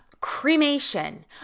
cremation